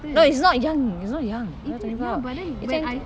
no it's not young it's not young what are you talking about it's like